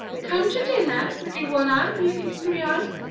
come to dinner, little one-eye and little three-eyes.